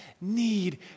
need